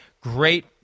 great